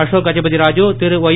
Ashok Gajapathi Raju Thiru Y